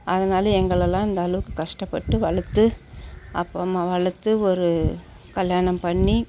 அதனால எங்களயெல்லாம் அந்தளவுக்கு கஷ்டப்பட்டு வளர்த்து அப்பா அம்மா வளர்த்து ஒரு கல்யாணம் பண்ணி